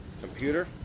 computer